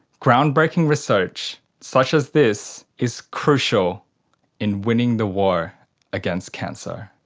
ground-breaking research such as this is crucial in winning the war against cancer.